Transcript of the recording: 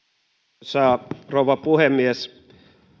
arvoisa rouva puhemies